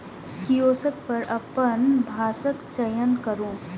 kiosk पर अपन भाषाक चयन करू